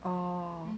orh